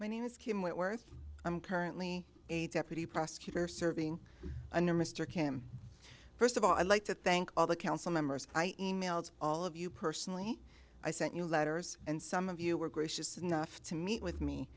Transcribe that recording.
my name is kim worth i'm currently a deputy prosecutor serving under mr kim first of all i'd like to thank all the council members i emailed all of you personally i sent you letters and some of you were gracious enough to meet with me